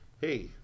Hey